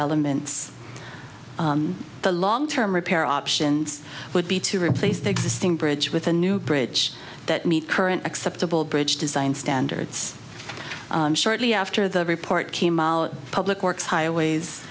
elements the long term repair options would be to replace the existing bridge with a new bridge that meet current acceptable bridge design standards shortly after the report came out public works highways